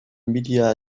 media